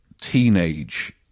teenage